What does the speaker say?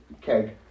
keg